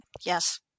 Yes